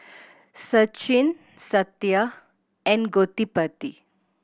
Sachin Satya and Gottipati